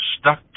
stuck